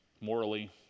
morally